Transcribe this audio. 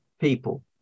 people